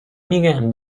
میگم